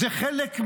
זה חלק מההסדר,